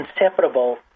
inseparable